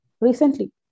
recently